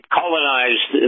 colonized